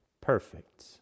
perfect